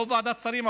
לא ועדת שרים,